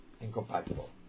Incompatible